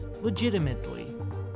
legitimately